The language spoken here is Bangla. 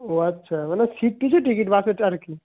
ও আচ্ছা মানে সিট পিছু টিকিট বাসেরটা আর কি